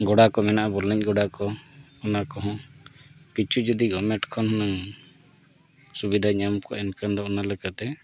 ᱜᱚᱰᱟ ᱠᱚ ᱢᱮᱱᱟᱜᱼᱟ ᱵᱚᱞ ᱮᱱᱮᱡ ᱜᱚᱰᱟ ᱠᱚ ᱚᱱᱟ ᱠᱚᱦᱚᱸ ᱠᱤᱪᱷᱩ ᱡᱩᱫᱤ ᱜᱚᱵᱷᱚᱨᱢᱮᱱᱴ ᱠᱷᱚᱱ ᱦᱩᱱᱟᱹᱝ ᱥᱩᱵᱤᱫᱷᱟ ᱧᱟᱢ ᱠᱚᱜᱼᱟ ᱮᱱᱠᱷᱟᱱ ᱫᱚ ᱚᱱᱟ ᱞᱮᱠᱟᱛᱮ